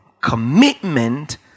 commitment